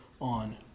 on